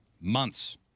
Months